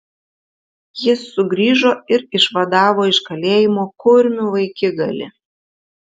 jis sugrįžo ir išvadavo iš kalėjimo kurmių vaikigalį